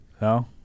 no